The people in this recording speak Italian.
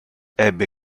ebbe